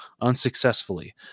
unsuccessfully